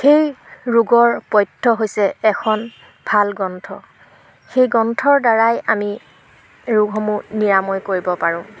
সেই ৰোগৰ পথ্য হৈছে এখন ভাল গ্ৰন্থ সেই গ্ৰন্থৰ দ্বাৰাই আমি ৰোগসমূহ নিৰাময় কৰিব পাৰোঁ